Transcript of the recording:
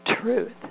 truth